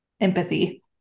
empathy